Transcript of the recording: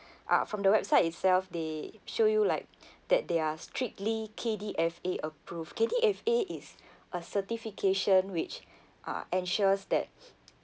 uh from the website itself they show you like that they are strictly K_D_F_A approved K_D_F_A is a certification which uh ensures that